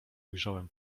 ujrzałem